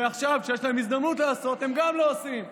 ועכשיו, כשיש להם הזדמנות לעשות, הם לא עושים.